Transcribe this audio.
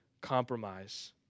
compromise